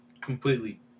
completely